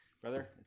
Brother